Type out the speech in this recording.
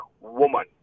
woman